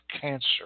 cancer